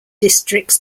districts